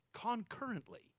concurrently